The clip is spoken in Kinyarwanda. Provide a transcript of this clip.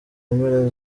mpera